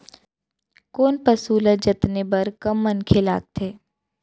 कोन पसु ल जतने बर कम मनखे लागथे?